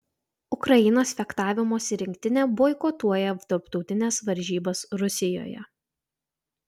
ukrainos fechtavimosi rinktinė boikotuoja tarptautines varžybas rusijoje